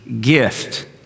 Gift